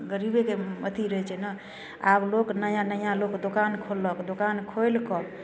गरीबेके अथी रहै छै ने आब लोक नया नया लोक दोकान खोललक दोकान खोलि कऽ